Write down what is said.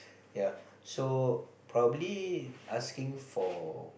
yea so probably asking for